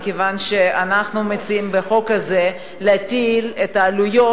מכיוון שאנחנו מציעים בחוק הזה להטיל את העלויות